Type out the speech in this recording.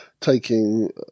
taking